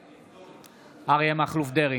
בעד אריה מכלוף דרעי,